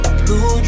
blue